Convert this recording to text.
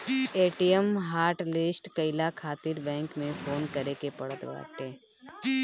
ATM hotlist कईला खातिर bank में फोन करे के पड़त बाटे